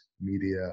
media